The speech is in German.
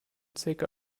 zecke